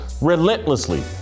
relentlessly